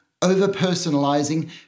overpersonalizing